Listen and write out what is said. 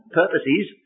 purposes